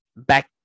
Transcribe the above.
back